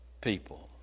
people